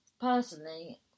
personally